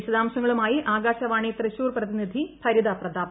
വിശദാംശങ്ങളുമായി ആകാശവാണി തൃശൂർ പ്രതിനിധി ഭരിത പ്രതാപ്